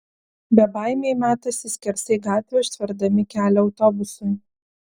bebaimiai metasi skersai gatvę užtverdami kelią autobusui